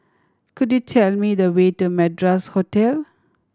could you tell me the way to Madras Hotel